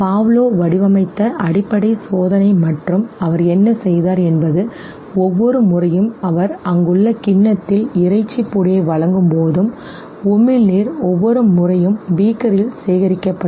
Pavlov வடிவமைத்த அடிப்படை சோதனை மற்றும் அவர் என்ன செய்தார் என்பது ஒவ்வொரு முறையும் அவர் அங்குள்ள கிண்ணத்தில் இறைச்சி பொடியை வழங்கும்போதும் உமிழ்நீர் ஒவ்வொரு முறையும் பீக்கரில் சேகரிக்கப்படும்